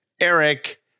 Eric